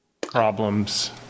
problems